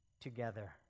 together